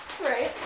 Right